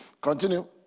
continue